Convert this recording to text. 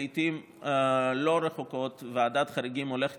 לעיתים לא רחוקות ועדת חריגים הולכת